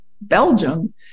Belgium